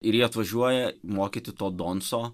ir jie atvažiuoja mokyti to donso